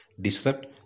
disrupt